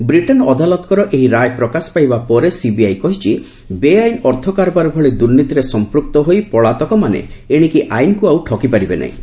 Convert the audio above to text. Britain ଅଦାଲତଙ୍କର ଏହି ରାୟ ପ୍ରକାଶ ପାଇବା ପରେ ସିବିଆଇ କହିଛି ବେଆଇନ ଅର୍ଥ କାରବାର ଭଳି ଦୁର୍ନୀତିରେ ସମ୍ପ୍ରକ୍ତ ହୋଇ ପଳାତକମାନେ ଆଇନକୁ ଆଉ ଠକିପାରିବେ ନାହିଁ